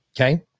Okay